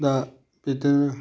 दा बिदिनो